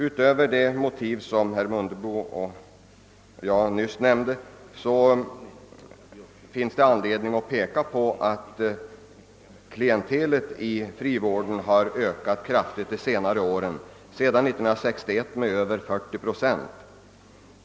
Utöver de motiv som herr Mundebo tidigare och jag nyss anfört finns det anledning peka på att frivårdsklientelet under senare år har ökat kraftigt, sedan 1961 med över 40 procent.